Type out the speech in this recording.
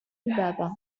الباب